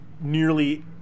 nearly